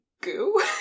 goo